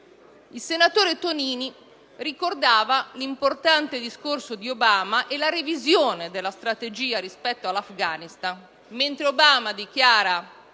Il senatore Tonini ricordava l'importante discorso del presidente Obama e la revisione della strategia rispetto all'Afghanistan. Il presidente Obama dichiara